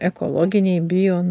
ekologiniai bio nu